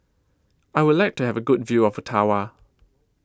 I Would like to Have A Good View of Ottawa